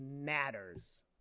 matters